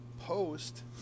post